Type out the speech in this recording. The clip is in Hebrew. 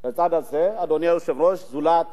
בצד הזה, אדוני היושב-ראש, זולת